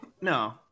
No